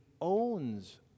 owns